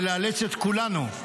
ולאלץ את כולנו,